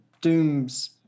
Doom's